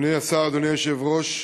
אדוני השר, אדוני היושב-ראש,